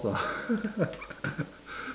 ah